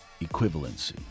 equivalency